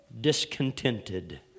discontented